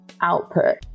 output